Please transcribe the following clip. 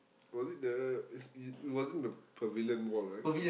was it the is is it wasn't the Pavilion-Mall right